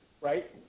right